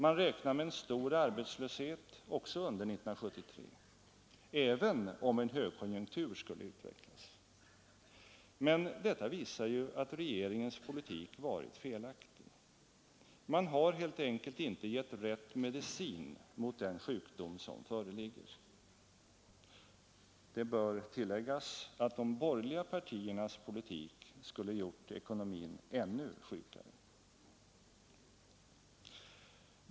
Man räknar med en stor arbetslöshet också under 1973, även om en högkonjunktur skulle utvecklas. Men detta visar ju att regeringens politik varit felaktig. Man har helt enkelt inte gett rätt medicin mot den sjukdom som föreligger. Det bör tilläggas att de borgerliga partiernas politik skulle ha gjort ekonomin ännu sjukare.